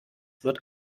wird